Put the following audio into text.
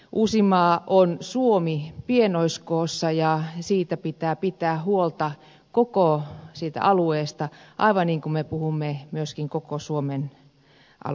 uusimaa on suomi pienoiskoossa ja koko siitä alueesta pitää pitää huolta aivan niin kuin me puhumme myöskin koko suomen alueesta